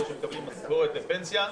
אלו שמקבלים משכורת ופנסיה,